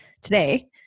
today